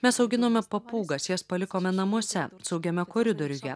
nes auginome papūgas jas palikome namuose saugiame koridoriuje